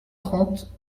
trente